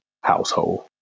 household